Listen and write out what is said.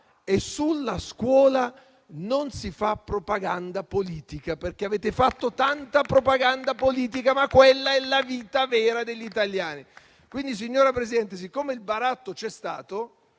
e sulla scuola non si fa propaganda politica. Avete fatto tanta propaganda politica, ma quella è la vita vera degli italiani. Quindi, signora Presidente, il baratto c'è stato